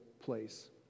place